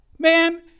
man